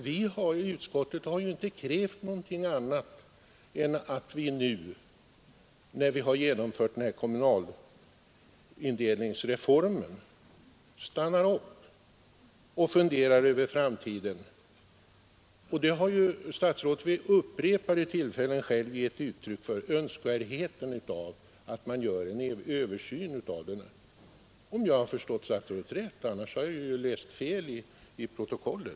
Vi har i utskottet inte krävt någonting annat än att vi, när vi har genomfört kommunindelningsreformen, skall stanna upp ett slag och fundera över framtiden. Statsrådet har för övrigt själv vid upprepade tillfällen gett uttryck för önskvärdheten av att man gör en översyn av demokratins arbetsformer — om jag har förstått statsrådet rätt; annars har jag läst fel i protokollet.